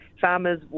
farmers